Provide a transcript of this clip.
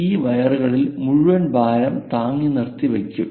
ഈ വയറുകളിൽ മുഴുവൻ ഭാരം താങ്ങി നിർത്തിവയ്ക്കും